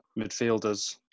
midfielders